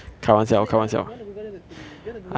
so you want you want to google to be you want the google drive or not